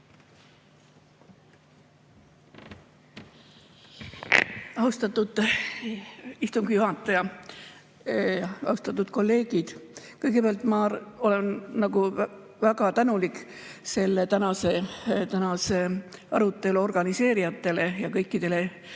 Austatud istungi juhataja! Austatud kolleegid! Kõigepealt ma olen väga tänulik selle tänase arutelu organiseerijatele ja kõikidele